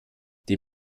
die